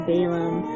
Balaam